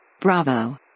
Bravo